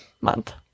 month